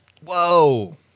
Whoa